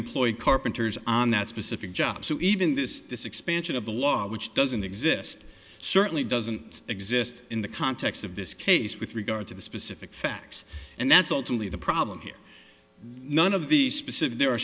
employed carpenters on that specific job so even this this expansion of the law which doesn't exist certainly doesn't exist in the context of this case with regard to the specific facts and that's ultimately the problem here none of the specific there are